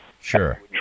Sure